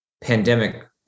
pandemic